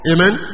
Amen